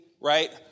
right